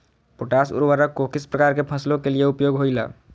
Potash उर्वरक को किस प्रकार के फसलों के लिए उपयोग होईला?